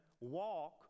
walk